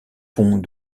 pont